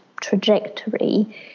trajectory